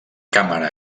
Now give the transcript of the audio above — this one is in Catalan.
càmera